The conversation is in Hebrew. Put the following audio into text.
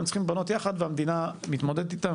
והם צריכים להיבנות יחד והמדינה מתמודדת איתם,